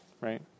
right